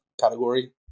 category